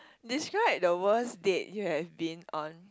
describe the worst date you have been on